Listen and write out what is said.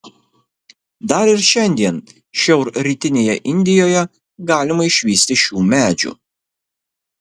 dar ir šiandien šiaurrytinėje indijoje galima išvysti šių medžių